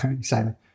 Simon